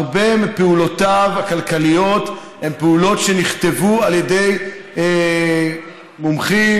הרבה מפעולותיו הכלכליות הן פעולות שנכתבו על ידי מומחים,